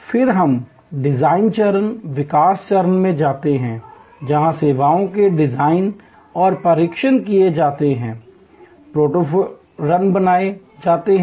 फिर हम डिजाइन चरण विकास चरण में जाते हैं जहां सेवाओं के डिजाइन और परीक्षण किए जाते हैं प्रोटोटाइप रन बनाए जाते हैं